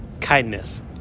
Kindness